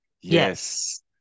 yes